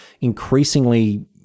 increasingly